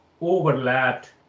overlapped